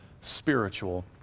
spiritual